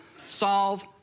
solve